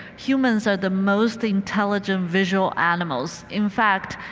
humans are the most intelligent visual animals. in fact,